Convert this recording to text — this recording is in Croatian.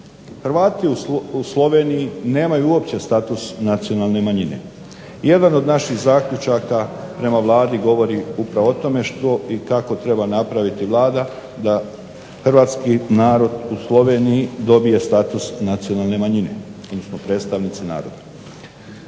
Hrvati u Sloveniji nemaju status nacionalne manjine. Jedan od naših zaključaka prema Vladi govori što i kako treba napraviti Vlada da Hrvatski narod u Sloveniji dobije status nacionalne manjine, predstavnici naroda.